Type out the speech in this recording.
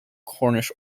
cornish